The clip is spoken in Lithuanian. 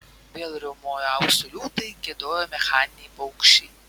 vėl riaumojo aukso liūtai giedojo mechaniniai paukščiai